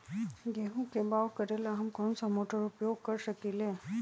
गेंहू के बाओ करेला हम कौन सा मोटर उपयोग कर सकींले?